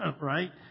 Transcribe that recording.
right